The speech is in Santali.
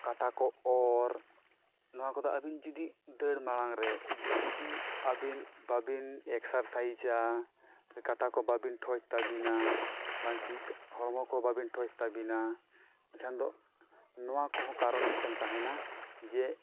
ᱠᱟᱴᱟ ᱠᱚ ᱚᱨ ᱱᱚᱣᱟ ᱠᱚᱫᱚ ᱟᱹᱵᱤᱱ ᱡᱩᱫᱤ ᱫᱟᱹᱲ ᱢᱟᱲᱟᱝᱨᱮ ᱡᱩᱫᱤ ᱟᱹᱵᱤᱱ ᱵᱟᱵᱤᱱ ᱮᱠᱥᱟᱨ ᱥᱟᱭᱤᱡᱟ ᱠᱟᱴᱟ ᱠᱚ ᱵᱟᱵᱤᱱ ᱴᱷᱚᱡᱽ ᱛᱟᱵᱤᱱᱟ ᱵᱟᱝᱠᱤ ᱦᱚᱲᱢᱚ ᱠᱚ ᱵᱟᱹᱵᱤᱱ ᱴᱷᱚᱡᱽ ᱛᱟᱹᱵᱤᱱᱟ ᱮᱱᱠᱷᱟᱱ ᱫᱚ ᱱᱚᱣᱟ ᱠᱚᱦᱚᱸ ᱠᱟᱨᱚᱱ ᱢᱤᱫ ᱴᱟᱝ ᱛᱟᱦᱮᱱᱟ ᱡᱮ